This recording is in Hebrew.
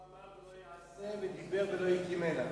"ההוא אמר ולא יעשה, ודבר ולא יקימנה".